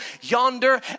yonder